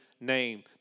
name